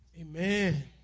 Amen